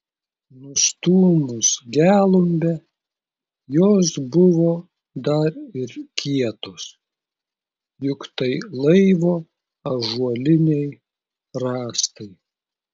nustūmus gelumbę jos buvo dar ir kietos juk tai laivo ąžuoliniai rąstai